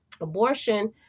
abortion